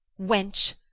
Wench